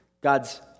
God's